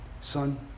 son